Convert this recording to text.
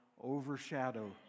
overshadow